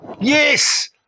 yes